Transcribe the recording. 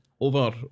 over